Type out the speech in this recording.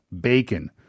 bacon